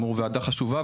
כאמור, ועדה חשובה.